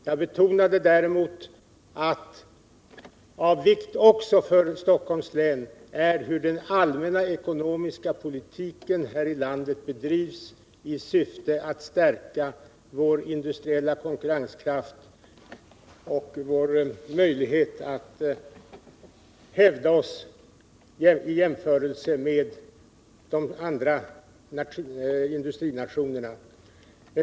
Jag betonade däremot att av vikt också för Stockholms län är hur den allmänna ekonomiska politiken här i landet bedrivs i syfte att stärka vår industriella konkurrenskraft och vårt lands möjlighet att hävda sig i jämförelse med de andra industrinationerna.